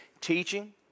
teaching